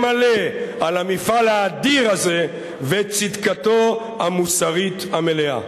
מלא על המפעל האדיר הזה וצדקתו המוסרית המלאה.